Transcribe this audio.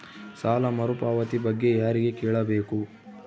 ಸಾಲ ಮರುಪಾವತಿ ಬಗ್ಗೆ ಯಾರಿಗೆ ಕೇಳಬೇಕು?